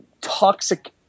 toxic